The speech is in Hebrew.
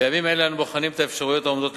בימים אלה אנו בוחנים את האפשרויות העומדות לפנינו,